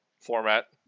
format